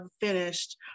finished